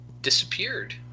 disappeared